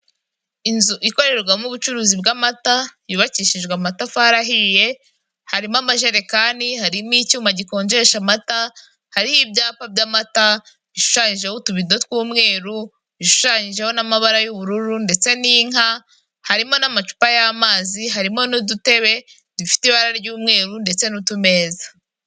Inzu ikorerwamo ubucuruzi bw'amata yubakishijwe amatafari ahiye harimo amajerekani, harimo icyuma gikonjesha amata, hariho ibyapa by'amata bishushanyijeho utubido tw'umweru, bishushanyijeho n'amabara y'ubururu ndetse n'inka, harimo n'amacupa y'amazi harimo n'udutebe dufite ibara ry'umweru ndetse n'utumeza.